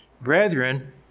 Brethren